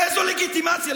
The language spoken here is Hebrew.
איזו לגיטימציה?